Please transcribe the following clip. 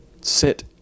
sit